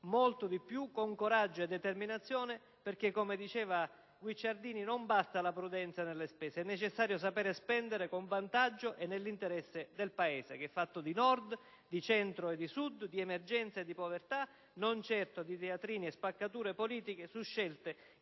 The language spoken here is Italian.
molto di più, con coraggio e determinazione perché, come diceva Guicciardini, non basta la prudenza nelle spese, è necessario saper spendere con vantaggio e nell'interesse del Paese che è fatto di Nord, di Centro e di Sud, di emergenza e di povertà, non certo di teatrini e spaccature politiche su scelte